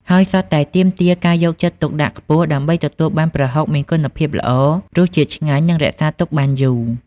ហើយសុទ្ធតែទាមទារការយកចិត្តទុកដាក់ខ្ពស់ដើម្បីទទួលបានប្រហុកមានគុណភាពល្អ រសជាតិឆ្ងាញ់ និងរក្សាទុកបានយូរ។